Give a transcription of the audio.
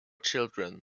children